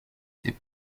ses